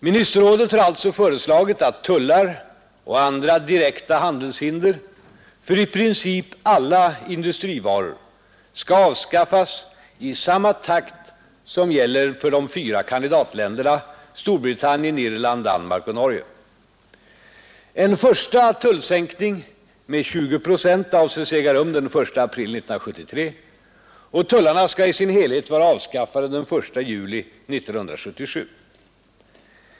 Ministerrådet har alltså föreslagit att tullar och andra direkta handelshinder för i princip alla industrivaror skall avskaffas i samma takt som gäller för de fyra kandidatländerna, Storbritannien, Irland, Danmark och Norge. En första tullsänkning med 20 procent avses äga rum den 1 april 1973 och tullarna skall i sin helhet vara avskaffade den 1 juli 1977.